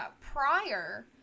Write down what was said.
prior